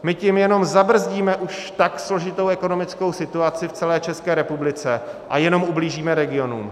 My tím jenom zabrzdíme už tak složitou ekonomickou situaci v celé České republice a jenom ublížíme regionům.